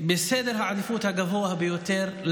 ובעדיפות הגבוהה ביותר,